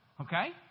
Okay